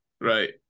right